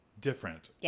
different